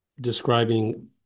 describing